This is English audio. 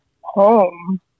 home